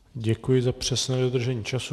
Děkuji za přesné dodržení času.